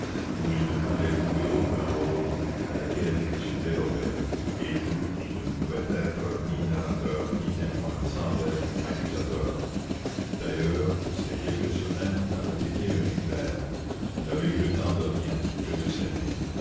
où il ne voulait jouer aucun rôle à laquelle il se dérobait et où il ne pouvait être ni narrateur ni témoin sans être accusateur d'ailleurs ces quelques semaines avaient été un éclair on n'avait eu le temps de rien que de s'aimer